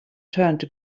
turned